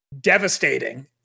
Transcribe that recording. devastating